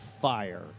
fire